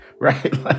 right